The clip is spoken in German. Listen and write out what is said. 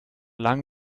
lang